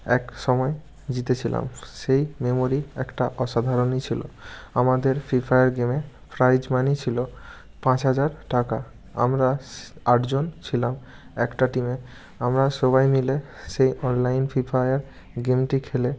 এক সময় জিতেছিলাম সেই মেমোরি একটা অসাধারণই ছিল আমাদের ফ্রি ফায়ার গেমে প্রাইজ মানি ছিল পাঁচ হাজার টাকা আমরা আটজন ছিলাম একটা টিমে আমরা সবাই মিলে সেই অনলাইন ফ্রি ফায়ার গেমটি খেলে